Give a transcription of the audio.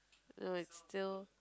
no it's still